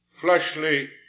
Fleshly